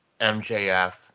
MJF